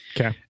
Okay